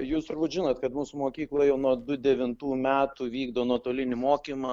jūs turbūt žinot kad mūsų mokykla jau nuo du devintų metų vykdo nuotolinį mokymą